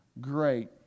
great